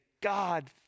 God